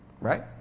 Right